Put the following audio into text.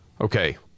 Okay